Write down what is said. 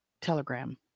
Telegram